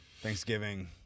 Thanksgiving